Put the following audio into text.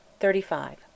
Thirty-five